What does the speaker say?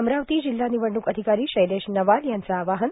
अमरावती जिल्हा निवडणूक अधिकारी शैलेश नवाल यांचं आवाहन